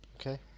Okay